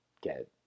get